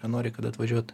nori kad atvažiuot